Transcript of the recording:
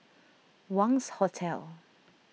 Wangz Hotel